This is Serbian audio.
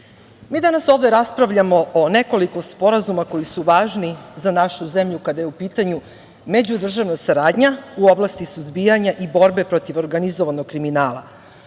mi danas ovde raspravljamo o nekoliko sporazuma koji su važni za našu zemlju kada je u pitanju međudržavna saradnja u oblasti suzbijanja i borbe protiv organizovanog kriminala,